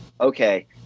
okay